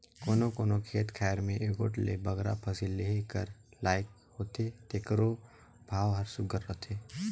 कोनो कोनो खेत खाएर में एगोट ले बगरा फसिल लेहे कर लाइक होथे तेकरो भाव हर सुग्घर रहथे